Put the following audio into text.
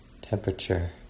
Temperature